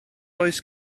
oes